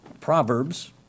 Proverbs